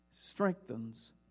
strengthens